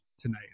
Tonight